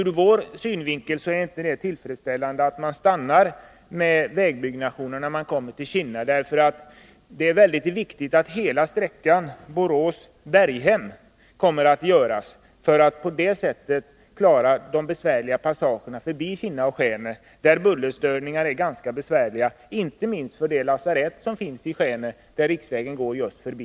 Från vår synvinkel är det inte tillfredsställande att vägbyggnationen upphör i Kinna — det är viktigt att hela sträckan Borås-Berghem byggs, så att man klarar de besvärliga passagerna förbi Kinna och Skene. Bullerstörningarna där är ganska besvärliga, inte minst för det lasarett som finns i Skene, där riksvägen går tätt förbi.